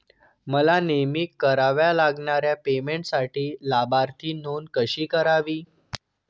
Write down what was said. मला नेहमी कराव्या लागणाऱ्या पेमेंटसाठी लाभार्थी नोंद कशी करावी?